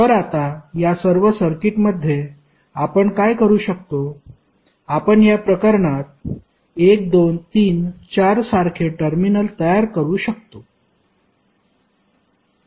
तर आता या सर्व सर्किटमध्ये आपण काय करू शकतो आपण या प्रकरणात 1 2 3 4 सारखे टर्मिनल तयार करू शकतो